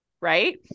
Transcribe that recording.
right